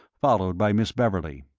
followed by miss beverley.